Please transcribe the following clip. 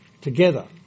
together